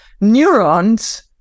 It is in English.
neurons